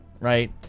right